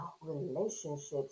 relationships